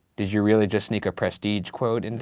did you really just sneak a prestige quote into